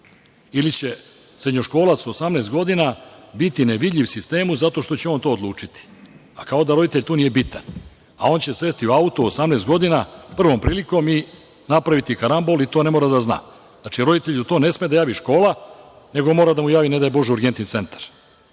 Ili će srednjoškolac od 18 godina biti nevidljiv sistemu zato što će to on odlučiti, a kao da roditelj tu nije bitan, a on će sesti u auto u 18 godina prvom prilikom i napraviti karambol i to ne mora da zna. Znači, roditelju to ne sme da javi škola, nego mora da mu javi, ne daj Bože, urgentni centar. To